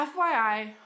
FYI